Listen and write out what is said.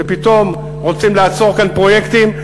שפתאום רוצים לעצור כאן פרויקטים,